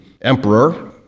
emperor